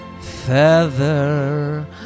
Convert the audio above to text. feather